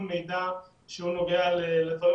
אני מתעקשת אתך לא כי בא להתעקש אלא כי